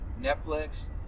Netflix